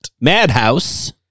Madhouse